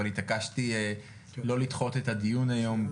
אבל התעקשתי לא לדחות את הדיון היום,